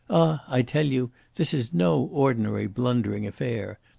i tell you this is no ordinary blundering affair.